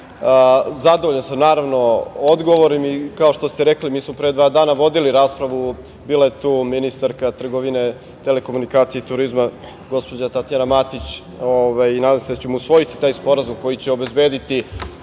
Poslovnik. Zadovoljan sam, naravno, odgovorom. Kao što ste rekli, mi smo pre dva dana vodili raspravu. Bila je tu ministarka trgovine, telekomunikacija i turizma gospođa Tatjana Matić. Nadam se da ćemo usvojiti taj sporazum koji će obezbediti